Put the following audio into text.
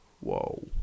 Whoa